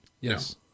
Yes